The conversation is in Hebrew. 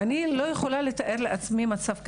אני לא יכולה לתאר לעצמי מצב כזה.